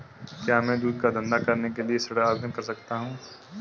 क्या मैं दूध का धंधा करने के लिए ऋण आवेदन कर सकता हूँ?